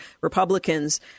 Republicans